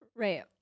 Right